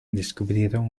descubrieron